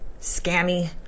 scammy